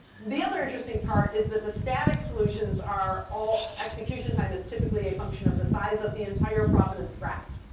the other interesting part is that the static solutions are all execution time is typically a function of the size of the entire provenance graph,